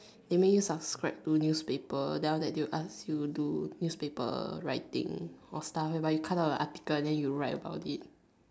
they make you subscribe to newspaper then after that they will ask you to do newspaper writing or stuff where you cut out the article and you write about it